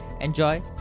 Enjoy